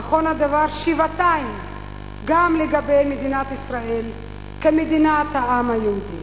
נכון הדבר שבעתיים גם לגבי מדינת ישראל כמדינת העם היהודי.